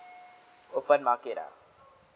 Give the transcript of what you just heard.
open market ah